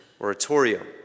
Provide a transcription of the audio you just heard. oratorio